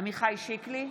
עמיחי שיקלי,